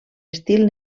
estil